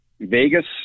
vegas